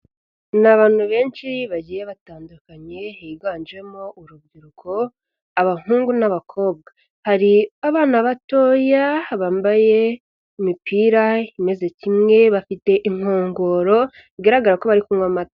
Ni abantu benshi bagiye batandukanye higanjemo urubyiruko, abahungu n'abakobwa, hari abana batoya bambaye imipira imeze kimwe bafite inkongoro bigaragara ko bari kunywa amata.